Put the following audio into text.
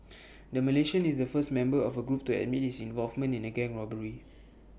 the Malaysian is the first member of A group to admit his involvement in A gang robbery